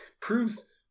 proves